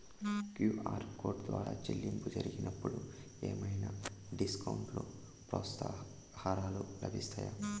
QR code ద్వారా చెల్లింపులు జరిగినప్పుడు ఏవైనా డిస్కౌంట్ లు, ప్రోత్సాహకాలు లభిస్తాయా?